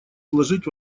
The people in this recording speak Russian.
сложить